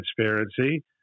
transparency